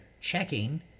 checking